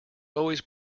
always